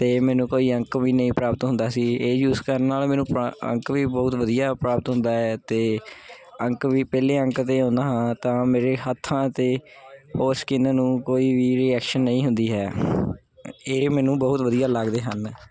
ਅਤੇ ਮੈਨੂੰ ਕੋਈ ਅੰਕ ਵੀ ਨਹੀਂ ਪ੍ਰਾਪਤ ਹੁੰਦਾ ਸੀ ਇਹ ਯੂਸ ਕਰਨ ਨਾਲ ਮੈਨੂੰ ਪ ਅੰਕ ਵੀ ਬਹੁਤ ਵਧੀਆ ਪ੍ਰਾਪਤ ਹੁੰਦਾ ਹੈ ਅਤੇ ਅੰਕ ਵੀ ਪਹਿਲੇ ਅੰਕ 'ਤੇ ਆਉਂਦਾ ਹਾਂ ਤਾਂ ਮੇਰੇ ਹੱਥਾਂ 'ਤੇ ਉਹ ਸਕਿਨ ਨੂੰ ਕੋਈ ਵੀ ਰਿਐਕਸ਼ਨ ਨਹੀਂ ਹੁੰਦੀ ਹੈ ਇਹ ਮੈਨੂੰ ਬਹੁਤ ਵਧੀਆ ਲੱਗਦੇ ਹਨ